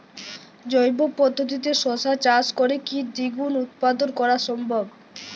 জৈব পদ্ধতিতে শশা চাষ করে কি দ্বিগুণ উৎপাদন করা সম্ভব?